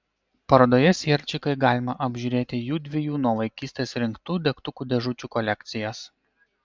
parodoje sierčikai galima apžiūrėti judviejų nuo vaikystės rinktų degtukų dėžučių kolekcijas